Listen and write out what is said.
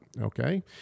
Okay